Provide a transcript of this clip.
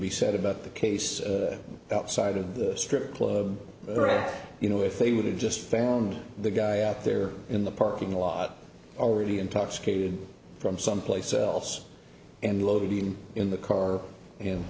be said about the case up side of the strip club you know if they would've just found the guy out there in the parking lot already intoxicated from someplace else and low beam in the car